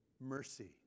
mercy